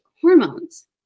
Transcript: hormones